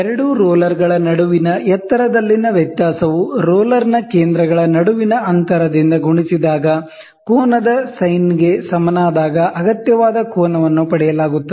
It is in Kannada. ಎರಡು ರೋಲರ್ಗಳ ನಡುವಿನ ಎತ್ತರದಲ್ಲಿನ ವ್ಯತ್ಯಾಸವು ರೋಲರ್ನ ಕೇಂದ್ರಗಳ ನಡುವಿನ ಅಂತರದಿಂದ ಗುಣಿಸಿದಾಗ ಕೋನದ ಸೈನ್ಗೆ ಸಮನಾದಾಗ ಅಗತ್ಯವಾದ ಕೋನವನ್ನು ಪಡೆಯಲಾಗುತ್ತದೆ